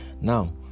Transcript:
Now